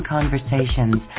Conversations